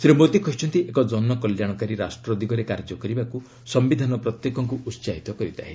ଶ୍ରୀ ମୋଦି କହିଛନ୍ତି ଏକ ଜନକଲ୍ୟାଣକାରୀ ରାଷ୍ଟ୍ର ଦିଗରେ କାର୍ଯ୍ୟ କରିବାକୁ ସିୟିଧାନ ପ୍ରତ୍ୟେକଙ୍କୁ ଉତ୍ସାହିତ କରିଥାଏ